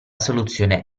soluzione